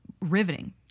riveting